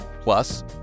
Plus